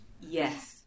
Yes